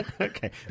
Okay